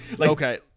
Okay